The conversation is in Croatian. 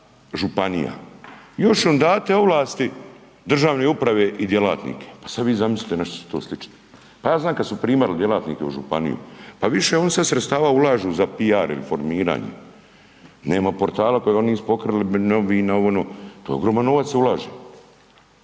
županija još nam date ovlasti državnoj upravi i djelatnike. Pa sad vi zamislite na što će to sličiti. Pa ja znam kad su primali djelatnike u županiju, pa više oni sad sredstava ulažu za PR ili formiranje, nema portala koji oni nisu pokrili, .../Govornik se